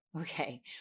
Okay